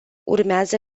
urmează